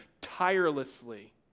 tirelessly